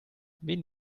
wen